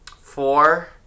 four